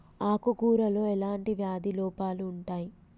ఆకు కూరలో ఎలాంటి వ్యాధి లోపాలు ఉంటాయి?